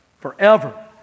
Forever